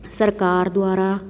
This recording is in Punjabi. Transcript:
ਸਰਕਾਰ ਦੁਆਰਾ